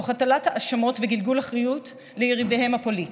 תוך הטלת האשמות וגלגול אחריות ליריביהם הפוליטיים.